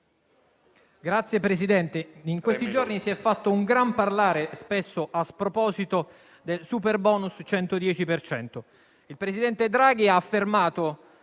Signor Presidente, in questi giorni si è fatto un gran parlare, spesso a sproposito, del superbonus 110 per cento. Il presidente Draghi ha affermato: